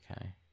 okay